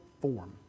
form